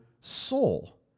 soul